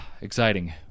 exciting